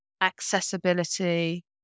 accessibility